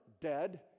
dead